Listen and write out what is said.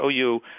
OU